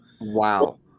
Wow